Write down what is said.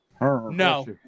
No